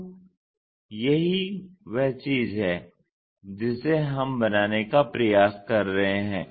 तो यही वह चीज है जिसे हम बनाने का प्रयास कर रहे हैं